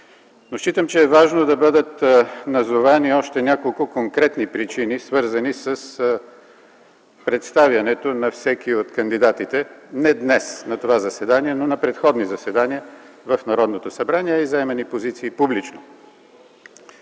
Но смятам, че е важно да бъдат назовани още няколко конкретни причини, свързани с представянето на всеки от кандидатите не днес на това заседание, но на предходни заседания в Народното събрание, а и заемани публични